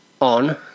on